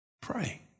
Pray